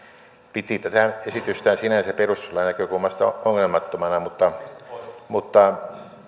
piti tätä esitystään sinänsä perustuslain näkökulmasta ongelmattomana mutta mutta